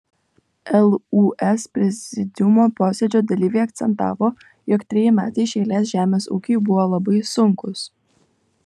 lūs prezidiumo posėdžio dalyviai akcentavo jog treji metai iš eilės žemės ūkiui buvo labai sunkūs